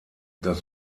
das